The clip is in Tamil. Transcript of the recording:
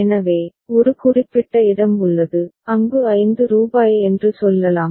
எனவே ஒரு குறிப்பிட்ட இடம் உள்ளது அங்கு 5 ரூபாய் என்று சொல்லலாம்